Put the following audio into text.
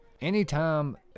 anytime